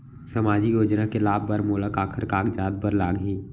सामाजिक योजना के लाभ बर मोला काखर कागजात बर लागही?